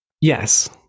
yes –